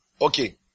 Okay